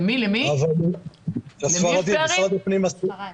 בסך הכל